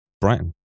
Brighton